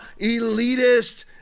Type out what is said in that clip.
elitist